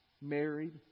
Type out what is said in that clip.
married